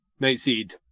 Nightseed